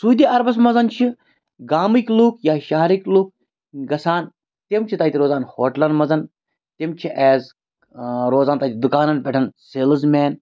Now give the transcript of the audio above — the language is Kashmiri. سوٗدی عربَس منٛز چھِ گامٕکۍ لُکھ یا شَہرٕکۍ لُکھ گَژھان تِم چھِ تَتہِ روزان ہوٹلَن منٛز تِم چھِ ایز روزان تَتہِ دُکانَن پیٚٹھ سیلٕز مین